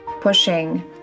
pushing